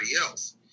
else